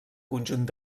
conjunt